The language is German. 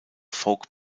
folk